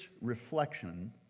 reflection